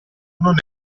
non